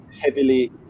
heavily